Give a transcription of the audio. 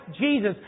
Jesus